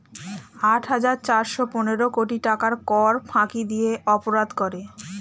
আট হাজার চারশ পনেরো কোটি টাকার কর ফাঁকি দিয়ে অপরাধ করে